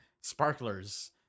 sparklers